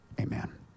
amen